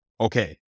Okay